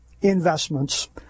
investments